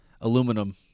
Aluminum